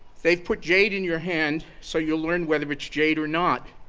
they've put jade in your hand so you'll learn whether it's jade or not.